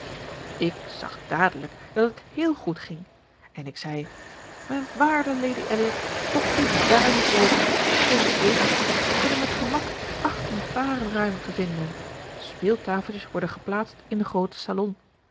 ik zag dadelijk dat het héél goed ging en ik zei mijn waarde lady elliott tobt u dààr niet over in de eetkamer kunnen met gemak achttien paren ruimte vinden speeltafeltjes worden geplaatst in den grooten salon